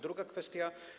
Druga kwestia.